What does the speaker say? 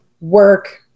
work